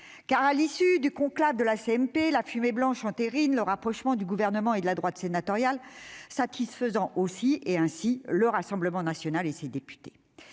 car, à l'issue du conclave de la CMP, la fumée blanche entérine le rapprochement du Gouvernement et de la droite sénatoriale, satisfaisant aussi le Rassemblement national et ses députés.